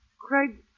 Craig